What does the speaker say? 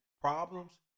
problems